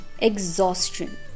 exhaustion